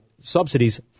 subsidies